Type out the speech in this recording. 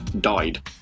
died